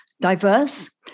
diverse